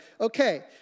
okay